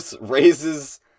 raises